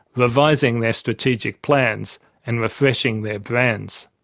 revising their strategic plans and refreshing their brands.